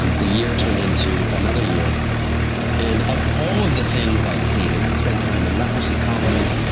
um the year turned into another year and of all of the things i'd seen, and i'd spend time in leprosy colonies.